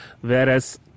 Whereas